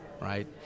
right